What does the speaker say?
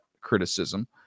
criticism